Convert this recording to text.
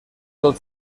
tot